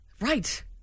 Right